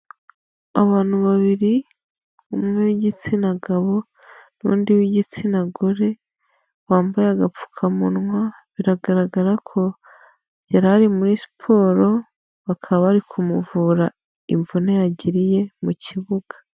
Abantu babiri, umwe w'igitsina gabo n'undi w'igitsina gore wambaye agapfukamunwa, biragaragara ko yari ari muri siporo bakaba bari kumuvura imvune yagiriye mu kibuga.